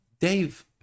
Dave